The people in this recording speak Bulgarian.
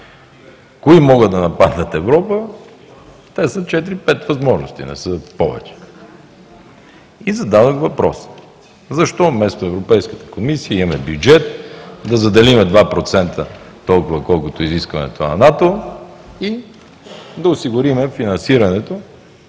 Кои могат да нападнат Европа? Те са 4-5 възможности, не са повече. И зададох въпрос: защо вместо Европейската комисия, имаме бюджет, да заделим 2% толкова, колкото е изискването на НАТО, и да осигурим финансирането,